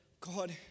God